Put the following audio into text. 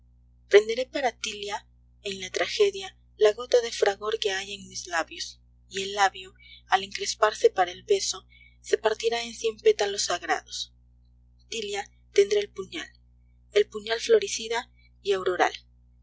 prenderé para tilia en la tragedia la gota de fragor que hay en mis labios y el labio al encresparse para el beso se partirá en cien pétalos sagrados tilia tendrá el puñal el puñal floricida y auroral